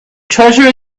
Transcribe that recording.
treasure